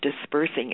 dispersing